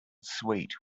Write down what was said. sweet